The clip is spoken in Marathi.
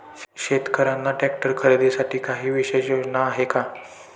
शेतकऱ्यांना ट्रॅक्टर खरीदीसाठी काही विशेष योजना आहे का?